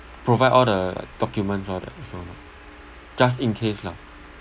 provide all the documents all that also lah just in case lah